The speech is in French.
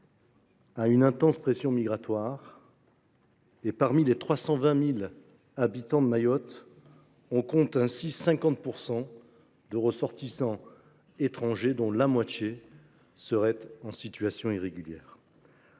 à une intense pression migratoire. Parmi les 320 000 habitants qui peuplent cette île, on compte ainsi 50 % de ressortissants étrangers, dont la moitié serait en situation irrégulière.